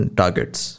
targets